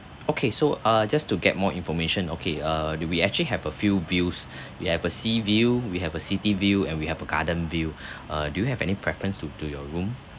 okay so uh just to get more information okay err we actually have a few views we have a sea view we have a city view and we have a garden view uh do you have any preference to to your room